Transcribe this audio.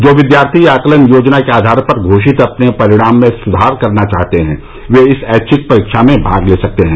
जो विद्यार्थी आंकलन योजना के आधार पर घोषित अपने परिणाम में सुधार करना चाहते हैं वे इन ऐच्छिक परीक्षाओं में भाग ले सकते हैं